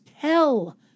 tell